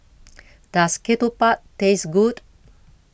Does Ketupat Taste Good